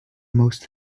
most